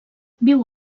viu